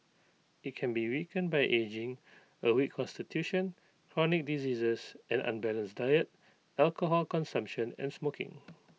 IT can be weakened by ageing A weak Constitution chronic diseases an unbalanced diet alcohol consumption and smoking